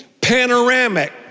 panoramic